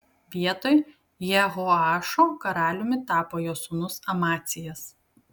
vietoj jehoašo karaliumi tapo jo sūnus amacijas